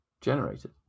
generated